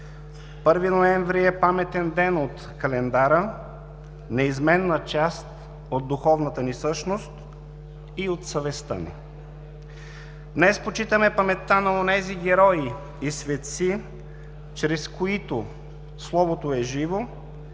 Първи ноември е паметен ден от календара, неизменна част от духовната ни същност и от съвестта ни. Днес почитаме паметта на онези герои и светци, чрез които словото е живо